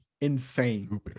insane